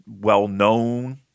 well-known